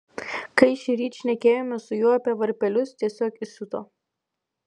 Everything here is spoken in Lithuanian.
kai šįryt šnekėjomės su juo apie varpelius tiesiog įsiuto